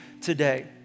today